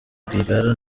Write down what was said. rwigara